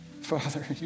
Father